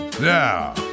Now